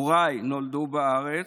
הוריי נולדו בארץ,